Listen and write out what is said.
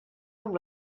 amb